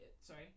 sorry